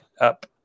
up